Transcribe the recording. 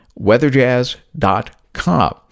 weatherjazz.com